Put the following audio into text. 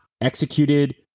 executed